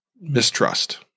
mistrust